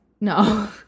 No